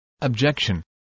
Objection